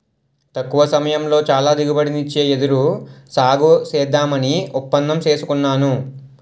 తక్కువ సమయంలో చాలా దిగుబడినిచ్చే వెదురు సాగుసేద్దామని ఒప్పందం సేసుకున్నాను